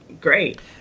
great